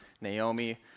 Naomi